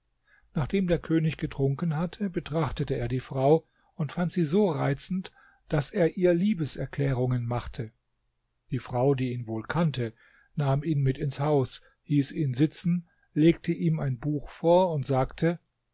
nachdem der könig getrunken hatte betrachtete er die frau und fand sie so reizend daß er ihr liebeserklärungen machte die frau die ihn wohl kannte nahm ihn mit ins haus hieß ihn sitzen legte ihm ein buch vor und sagte